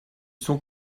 sont